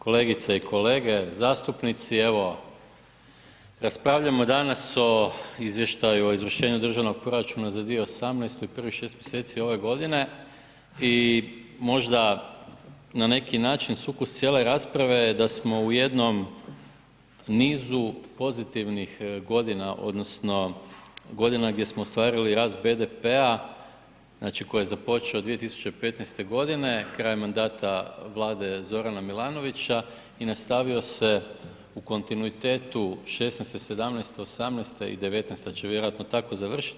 Kolegice i kolege zastupnici evo raspravljamo danas o Izvještaju o izvršenju Državnog proračuna za 2018. i prvih 6 mjeseci ove godine i možda na neki način sukus cijele rasprave je da smo u jednom nizu pozitivnih godina odnosno godina gdje smo ostvarili rast BDP-a, znači koji je započeo 2015. godine krajem mandata vlade Zorana Milanovića i nastavio se u kontinuitetu '16., '17., '18. i '19. će vjerojatno tako završiti.